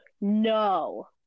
No